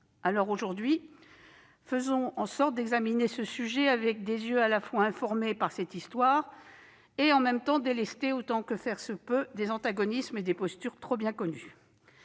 Aussi, aujourd'hui, faisons en sorte d'examiner ce sujet avec des yeux à la fois informés par cette histoire et en même temps délestés, autant que faire se peut, des antagonismes et postures trop bien connus.